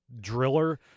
driller